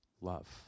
love